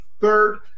third